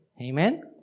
Amen